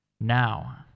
now